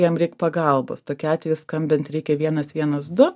jam reik pagalbos tokiu atveju skambint reikia vienas vienas du